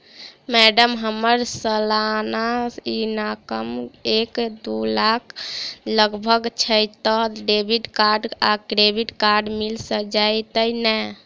Madam हम्मर सलाना income एक दु लाख लगभग छैय तऽ डेबिट कार्ड आ क्रेडिट कार्ड मिल जतैई नै?